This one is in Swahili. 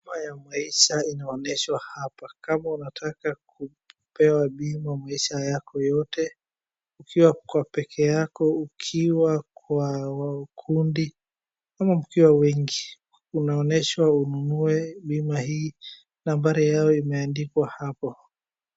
Bima ya maisha inaonyeshwa hapa. Kama unataka kupewa bima ya maisha yako yote, ikiwa uko peke yako, ukiwa kwa wa kundi, ama mkiwa wengi, unaoneshwa ununue bima hii, nambari yao imeandikwa hapo.